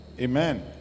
Amen